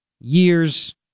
years